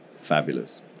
Fabulous